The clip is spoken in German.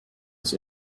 ist